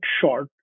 short